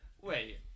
wait